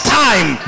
time